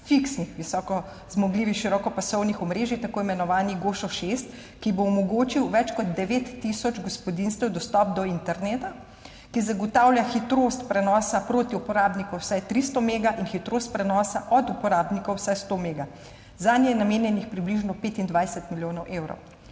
fiksnih visokozmogljivih širokopasovnih omrežij, tako imenovani GOŠO6, ki bo omogočil več kot 9 tisoč gospodinjstvom dostop do interneta, ki zagotavlja hitrost prenosa proti uporabniku vsaj 300 mega in hitrost prenosa od uporabnikov vsaj 100 mega. Zanje je namenjenih približno 25 milijonov evrov.